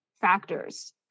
factors